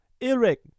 Eric